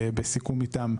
בסיכום איתם,